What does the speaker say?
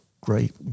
great